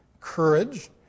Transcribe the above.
courage